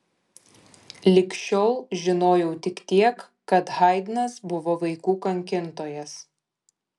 lig šiol žinojau tik tiek kad haidnas buvo vaikų kankintojas